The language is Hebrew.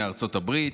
מארצות הברית.